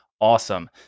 awesome